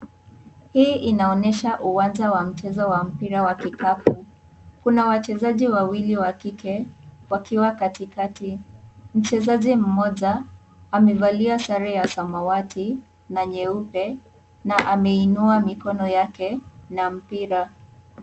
Hii inaonyesha uwanja wa mchezo wa mpira wa kikapu. Kuna wachezaji wawili wa kike wakiwa katikati. Mchezaji mmoja amevalia sare ya samawati na nyeupe na ameinua mikono yake na mpira.